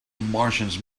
martians